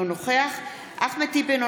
אינו נוכח אחמד טיבי,